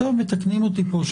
טוב, מתקנים אותי פה.